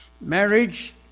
marriage